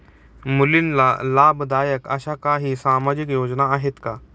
मुलींना लाभदायक अशा काही सामाजिक योजना आहेत का?